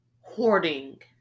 hoarding